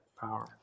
power